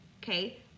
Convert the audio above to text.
okay